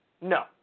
No